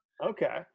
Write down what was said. Okay